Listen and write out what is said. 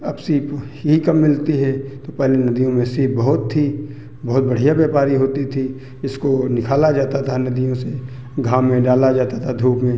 अब सीप ही कम मिलती है तो पहले नदियों में सीप बहुत थी बहुत बढ़िया व्यापारी होती थी इसको निकाला जाता था नदियों से घाम में डाला जाता था धूप में